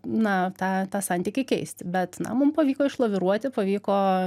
na tą tą santykį keisti bet na mum pavyko išlaviruoti pavyko